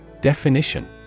Definition